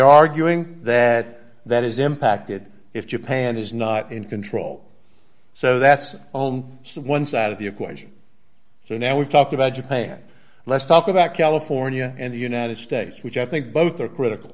arguing that that is impacted if japan is not in control so that's oem someone's out of the equation so now we've talked about japan let's talk about california and the united states which i think both are critical